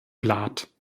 plath